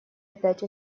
опять